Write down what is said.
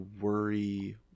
worry